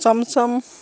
chamcham